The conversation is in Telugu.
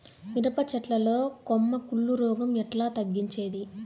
మిరప చెట్ల లో కొమ్మ కుళ్ళు రోగం ఎట్లా తగ్గించేది?